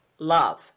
Love